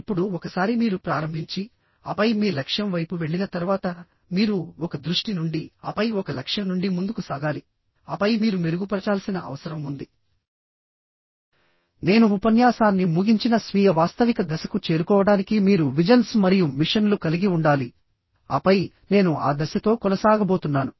ఇప్పుడు ఒకసారి మీరు ప్రారంభించి ఆపై మీ లక్ష్యం వైపు వెళ్ళిన తర్వాత మీరు ఒక దృష్టి నుండి ఆపై ఒక లక్ష్యం నుండి ముందుకు సాగాలి ఆపై మీరు మెరుగుపరచాల్సిన అవసరం ఉంది నేను ఉపన్యాసాన్ని ముగించిన స్వీయ వాస్తవిక దశకు చేరుకోవడానికి మీరు విజన్స్ మరియు మిషన్లు కలిగి ఉండాలీ ఆపై నేను ఆ దశతో కొనసాగబోతున్నాను